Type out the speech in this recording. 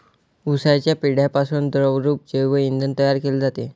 उसाच्या पेंढ्यापासून द्रवरूप जैव इंधन तयार केले जाते